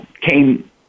came